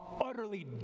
utterly